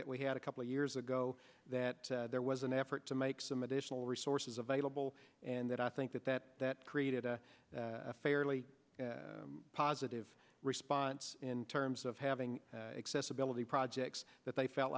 that we had a couple of years ago that there was an effort to make some additional resources available and that i think that that created a fairly positive response in terms of having excess ability projects that they felt